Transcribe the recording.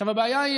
הבעיה היא,